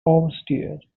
oversteered